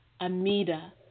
Amida